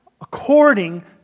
according